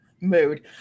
Mood